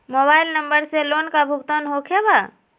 Mobile number से loan का भुगतान होखे बा?